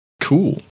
Cool